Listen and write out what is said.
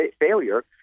failure